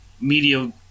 media